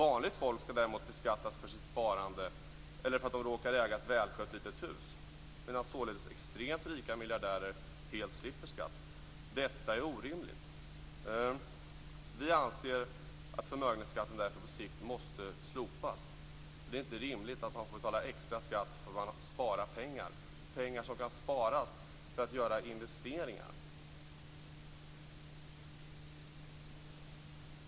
Vanligt folk däremot skall beskattas för sitt sparande eller därför att de råkar äga ett välskött litet hus; detta alltså medan extremt rika miljardärer helt slipper skatt. Detta är orimligt. Vi anser att förmögenhetsskatten därför på sikt måste slopas. Det är inte rimligt att man får betala extra skatt därför att man sparat pengar, sparade pengar som kan användas för att göra investeringar.